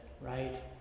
right